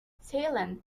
salem